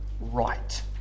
right